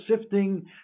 sifting